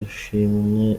ashimwe